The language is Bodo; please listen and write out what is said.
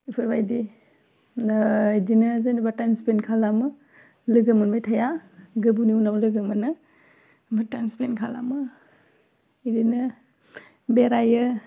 बिफोरबायदिनो ब्दिनो जेनेबा टाइम स्पेन्द खालामो लोगो मोनबाय थाया गोबावनि उनाव लोगो मोनो टाइम स्पेन्द खालामो बिदिनो बेरायो